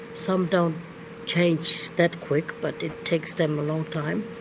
some don't change that quick but it takes them a long time